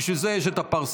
בשביל זה יש את הפרסה.